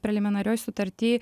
preliminarioj sutarty